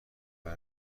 بله